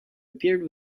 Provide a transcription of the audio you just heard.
appeared